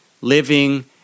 living